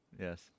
Yes